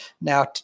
now